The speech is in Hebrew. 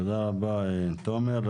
תודה רבה, תומר.